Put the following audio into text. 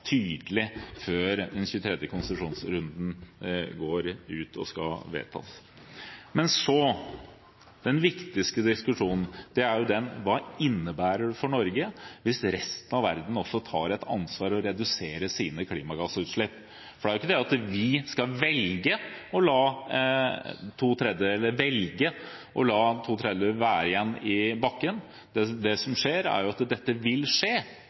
tydelig før tildelinger i den 23. konsesjonsrunden skal vedtas. Men den viktigste diskusjonen er denne: Hva innebærer det for Norge hvis også resten av verden tar ansvar og reduserer sine klimagassutslipp? Dette handler ikke om at vi skal velge å la to tredjedeler være igjen i bakken – det vil jo skje hvis verden tar ansvar og reduserer sine utslipp. Vi må bestemme følgende: Hvordan skal vi innrette vår petroleumspolitikk etter en slik virkelighet? Dette er